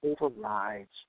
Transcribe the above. overrides